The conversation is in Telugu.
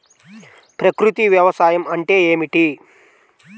ప్రకృతి వ్యవసాయం అంటే ఏమిటి?